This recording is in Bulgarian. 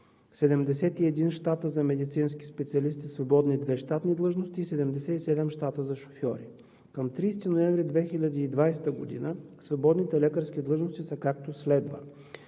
71 щата за медицински специалисти – свободни 2 щатни длъжности, и 77 щата за шофьори. Към 30 ноември 2020 г. свободните лекарски длъжности са, както следва: